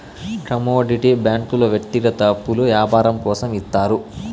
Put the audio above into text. commodity బ్యాంకుల వ్యక్తిగత అప్పులు యాపారం కోసం ఇత్తారు